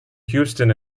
houston